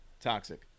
toxic